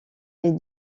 est